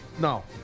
no